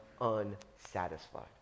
unsatisfied